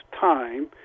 time